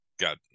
got